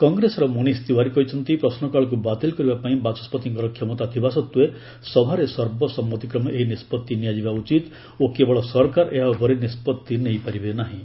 କଂଗ୍ରେସର ମନୀଷ ତିୱାରୀ କହିଛନ୍ତି ପ୍ରଶ୍ନକାଳକୁ ବାତିଲ କରିବା ପାଇଁ ବାଚସ୍ୱତିଙ୍କର କ୍ଷମତା ଥିବା ସତ୍ତ୍ୱେ ସଭାରେ ସର୍ବସମ୍ମତିକ୍ରମେ ଏହି ନଷ୍ପଭି ନିଆଯିବା ଉଚିତ୍ ଓ କେବଳ ସରକାର ଏହା ଉପରେ ନିଷ୍ପଭି ନେଇପାରିବେ ନାହିଁ